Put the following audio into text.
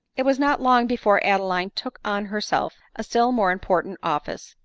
it was not long before adeline took on herself a still more important office.